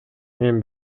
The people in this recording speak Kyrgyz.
мен